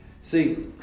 See